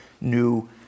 new